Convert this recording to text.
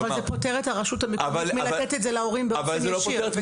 אבל זה פוטר את הרשות המקומית מלתת את זה להורים באופן ישיר.